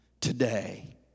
today